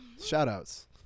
Shout-outs